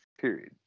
Period